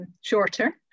shorter